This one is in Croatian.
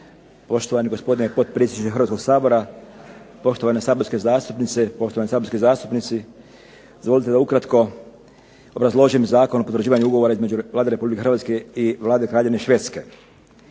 Poštovani gospodine potpredsjedniče Hrvatskoga sabora, poštovane saborske zastupnice, poštovani saborski zastupnici. Dozvolite da ukratko obrazložim Zakon o potvrđivanju Ugovora između Vlade Republike Hrvatske i Vlade Kraljevine Švedske